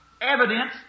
evidence